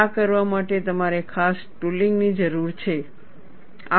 આ કરવા માટે તમારે ખાસ ટૂલિંગ ની જરૂર છે